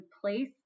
place